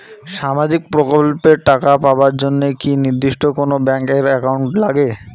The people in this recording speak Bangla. সামাজিক প্রকল্পের টাকা পাবার জন্যে কি নির্দিষ্ট কোনো ব্যাংক এর একাউন্ট লাগে?